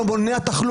שאני